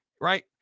Right